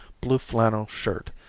blue flannel shirt,